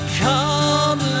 come